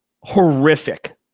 horrific